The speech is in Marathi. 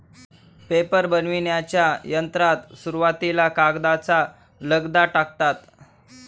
पेपर बनविण्याच्या यंत्रात सुरुवातीला कागदाचा लगदा टाकतात